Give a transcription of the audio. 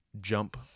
jump